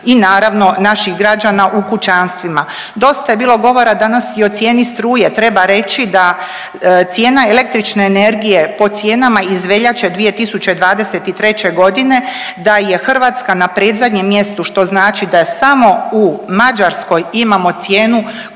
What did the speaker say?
i naravno naših građana u kućanstvima. Dosta je bilo govora danas i o cijeni struje. Treba reći da cijena električne energije po cijenama iz veljače 2023. godine, da je Hrvatska na predzadnjem mjestu što znači da samo u Mađarskoj imamo cijenu